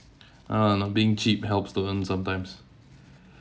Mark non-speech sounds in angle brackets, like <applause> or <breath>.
<breath> uh not being cheap helps to earn sometimes